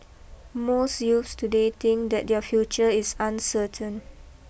most youths today think that their future is uncertain